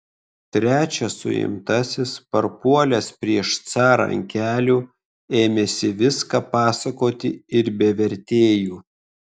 trečias suimtasis parpuolęs prieš carą ant kelių ėmėsi viską pasakoti ir be vertėjų